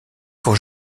pour